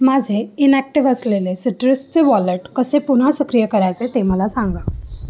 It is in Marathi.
माझे इनॅक्टिव्ह असलेले सिट्रसचे वॉलेट कसे पुन्हा सक्रिय करायचे ते मला सांगा